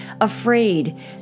afraid